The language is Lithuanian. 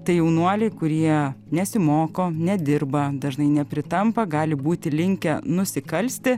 tai jaunuoliai kurie nesimoko nedirba dažnai nepritampa gali būti linkę nusikalsti